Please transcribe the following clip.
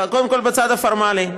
קודם כול, בצד הפורמלי.